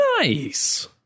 Nice